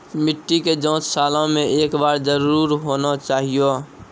मिट्टी के जाँच सालों मे एक बार जरूर होना चाहियो?